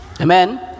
Amen